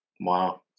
Wow